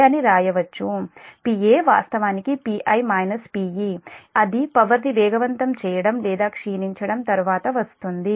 అని వ్రాయవచ్చు Paవాస్తవానికి Pi - Pe అది పవర్ ని వేగవంతం చేయడం లేదా క్షీణించడం తరువాత వస్తుంది